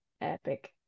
epic